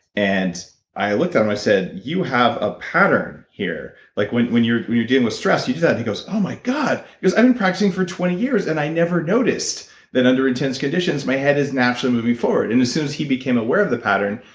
and i looked at him, i said, you have a pattern here. like when when you're you're dealing with stress you do that. he goes, oh my god! i've been and practicing for twenty years and i never noticed that under intense conditions my head is naturally moving forward. and as soon as he became aware of the pattern,